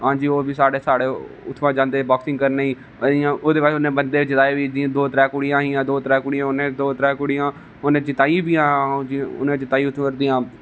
हांजी ओह्बी साढ़े उत्थुआं जंदे बाॅक्सिंग करने गी ओहदे बाद उ'नें बंदे जिताए बी जि'यां दो चार कुडियां ही दौं त्रै कुडियां उ'नें जिताई बी हियां उ'नें जिताई उत्थुआं